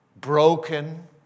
broken